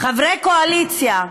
קואליציה